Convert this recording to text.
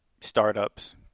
startups